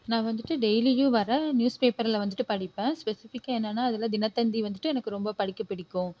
நான் வந்துட்டு டெய்லியும் வர நியூஸ்பேப்பரில் வந்துட்டு படிப்பேன் ஸ்பெசிஃபிக்காக என்னன்னால் அதில் தினத்தந்தி வந்துட்டு எனக்கு ரொம்ப படிக்க பிடிக்கும்